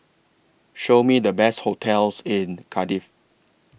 Show Me The Best hotels in Cardiff